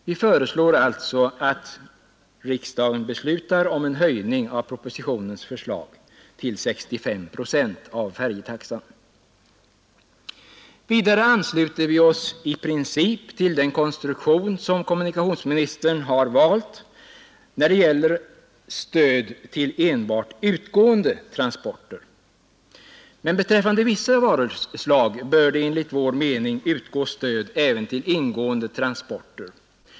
Vi föreslår alltså att riksdagen beslutar om en höjning av propositionens förslag till 65 procent av färjetaxan. Vidare ansluter vi oss i princip till den konstruktion som kommunikationsministern har valt när det gäller stöd till enbart utgående transporter. Men beträffande vissa varuslag bör det enligt vår mening utgå stöd även till ingående transporter.